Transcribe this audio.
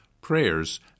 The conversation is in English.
prayers